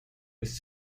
his